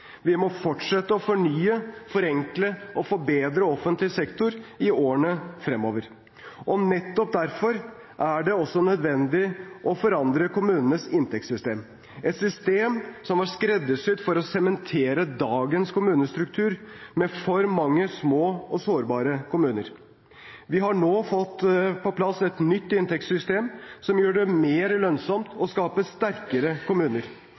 Vi må fortsette å fornye, forenkle og forbedre offentlig sektor i årene fremover. Nettopp derfor er det også nødvendig å forandre kommunenes inntektssystem, et system som var skreddersydd for å sementere dagens kommunestruktur, med for mange små og sårbare kommuner. Vi har nå fått på plass et nytt inntektssystem som gjør det mer lønnsomt å skape sterkere kommuner,